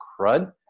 crud